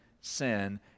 sin